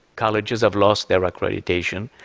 colleges have lost their accreditation,